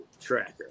Tracker